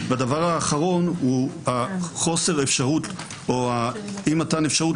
והדבר האחרון הוא חוסר האפשרות או אי מתן אפשרות